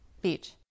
beach